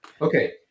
Okay